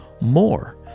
more